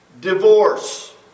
Divorce